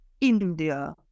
India